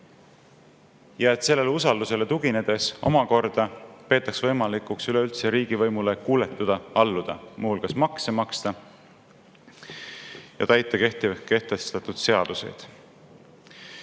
et sellele usaldusele tuginedes omakorda peetaks võimalikuks üleüldse riigivõimule kuuletuda, alluda, muu hulgas makse maksta ja täita kehtestatud seadusi.